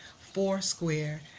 Foursquare